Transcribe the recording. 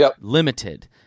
limited